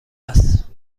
است